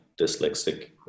dyslexic